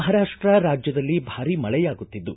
ಮಹಾರಾಷ್ಸ ರಾಜ್ಯದಲ್ಲಿ ಭಾರೀ ಮಳೆಯಾಗುತ್ತಿದ್ದು